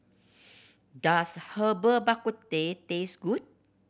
does Herbal Bak Ku Teh taste good